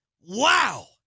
Wow